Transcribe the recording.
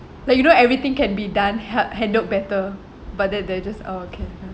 like you know everything can be done ha~ handled better but that they're just oh okay